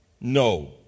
No